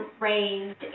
raised